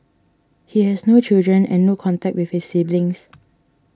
he has no children and no contact with his siblings